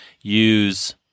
use